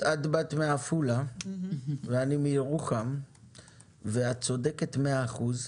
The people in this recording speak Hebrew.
את באת מעפולה ואני מירוחם ואת צודקת מאה אחוז.